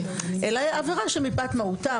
אלא היא עבירה שמפאת מהותה,